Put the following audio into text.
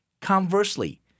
Conversely